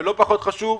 ולא פחות חשוב,